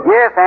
Yes